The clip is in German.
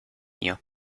ihr